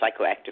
psychoactive